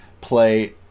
play